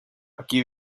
aquí